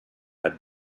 had